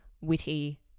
witty